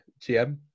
GM